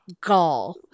gall